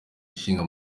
nshinga